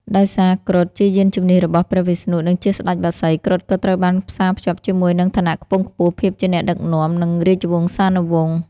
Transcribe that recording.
ដោយសារគ្រុឌជាយានជំនិះរបស់ព្រះវិស្ណុ និងជាស្តេចបក្សី គ្រុឌក៏ត្រូវបានផ្សារភ្ជាប់ជាមួយនឹង ឋានៈខ្ពង់ខ្ពស់ ភាពជាអ្នកដឹកនាំ និង រាជវង្សានុវង្ស។